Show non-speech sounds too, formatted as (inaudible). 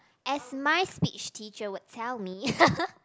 as my speech teacher would tell me (laughs)